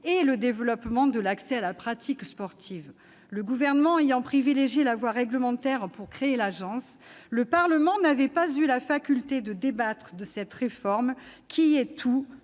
que le développement de l'accès à la pratique sportive. Le Gouvernement ayant privilégié la voie réglementaire pour créer l'Agence, le Parlement n'avait pas eu la faculté de débattre de cette réforme, laquelle est tout